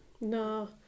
No